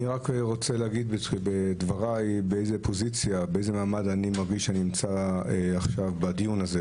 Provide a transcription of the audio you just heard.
אני רק רוצה להגיד באיזה פוזיציה אני מרגיש כאן בדיון הזה